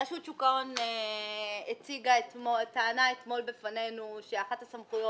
רשות שוק ההון טענה אתמול בפנינו שאחת הסמכויות